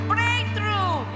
Breakthrough